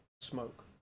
smoke